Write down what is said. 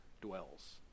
dwells